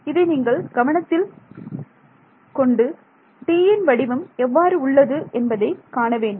இதை நீங்கள் கவனத்தில் கொண்டு Tயின் வடிவம் எவ்வாறு உள்ளது என்பதை காண வேண்டும்